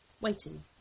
waiting